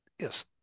yes